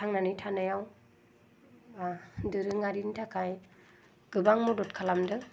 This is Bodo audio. थांनानै थानायाव दोरोङारिनि थाखाय गोबां मदद खालामदों